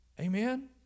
Amen